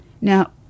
Now